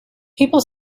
people